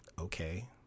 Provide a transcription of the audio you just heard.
okay